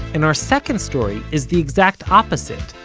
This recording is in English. and our second story is the exact opposite.